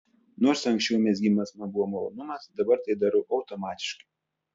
nors anksčiau mezgimas man buvo malonumas dabar tai darau automatiškai